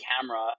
camera